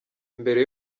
mbere